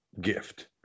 gift